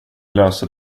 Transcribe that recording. löser